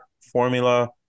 formula